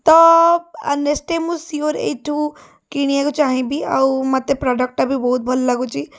ତ next time ମୁଁ sure ଏଇଠୁ କିଣିବାକୁ ଚାହିଁବି ଆଉ ମୋତେ ପ୍ରଡକ୍ଟଟା ବି ବହୁତ ଭଲ ଲାଗୁଛି